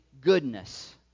goodness